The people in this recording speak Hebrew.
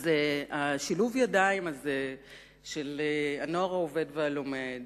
אז שילוב הידיים הזה של "הנוער העובד והלומד",